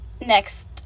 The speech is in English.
next